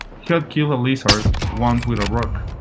he had killed a lizard once with a rock,